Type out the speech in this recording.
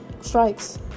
strikes